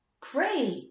Great